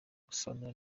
gusobanura